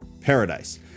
paradise